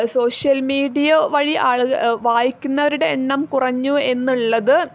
social media വഴി വായിക്കുന്നവരുടെ എണ്ണം കുറഞ്ഞു എന്നുള്ളത്